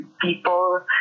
people